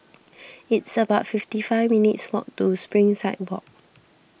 it's about fifty five minutes' walk to Springside Walk